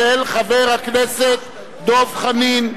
של חבר הכנסת דב חנין.